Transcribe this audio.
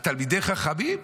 תלמידי החכמים?